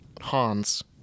Hans